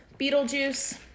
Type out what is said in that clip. Beetlejuice